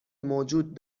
موجود